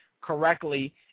correctly